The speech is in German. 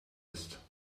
ist